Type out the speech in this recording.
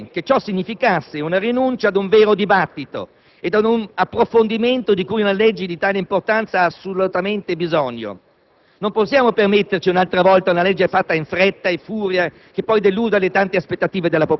una certa perplessità per quanto riguarda la riduzione dei tempi. Non vorrei che ciò si traducesse in una rinuncia ad un vero dibattito e ad un approfondimento, di cui una legge di tale importanza ha assolutamente bisogno.